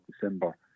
December